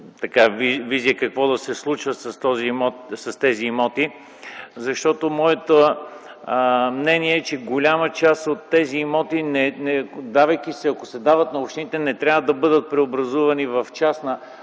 визия какво да се случва с тези имоти. Моето мнение е, че голяма част от тези имоти, ако се дават на общините, не трябва да бъдат преобразувани в частна